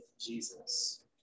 Jesus